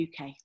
UK